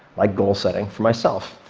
like goal-setting, for myself.